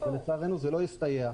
ולצערנו זה לא הסתייע.